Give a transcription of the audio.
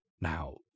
Now